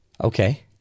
Okay